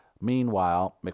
Meanwhile